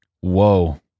Whoa